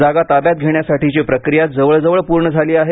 जागा ताब्यात घेण्यासाठीची प्रकिया जवळजवळ पूर्ण झाली आहे